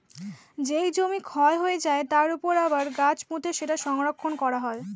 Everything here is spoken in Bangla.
যেই জমি ক্ষয় হয়ে যায়, তার উপর আবার গাছ পুঁতে সেটা সংরক্ষণ করা হয়